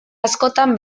askotan